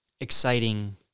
exciting